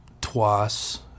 twice